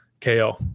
KO